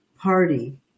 party